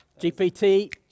GPT